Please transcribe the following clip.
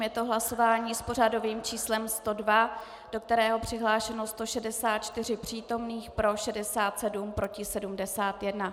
Je to hlasování s pořadovým číslem 102, do kterého je přihlášeno 164 přítomných, pro 67, proti 71.